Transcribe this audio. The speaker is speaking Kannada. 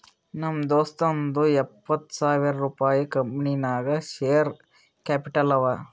ನಮ್ ದೋಸ್ತುಂದೂ ಎಪ್ಪತ್ತ್ ಸಾವಿರ ರುಪಾಯಿ ಕಂಪನಿ ನಾಗ್ ಶೇರ್ ಕ್ಯಾಪಿಟಲ್ ಅವ